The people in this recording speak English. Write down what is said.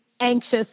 anxious